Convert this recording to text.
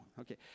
okay